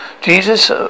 Jesus